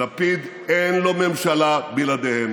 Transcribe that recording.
ללפיד אין ממשלה בלעדיהם.